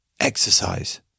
Exercise